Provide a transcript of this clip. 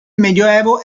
medioevo